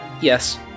yes